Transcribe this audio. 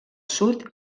sud